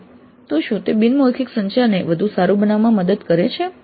તો શું તે બિન મૌખિક સંચાર ને વધુ સારું બનવામાં મદદ કરે છે